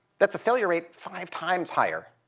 that's a failure rate five times higher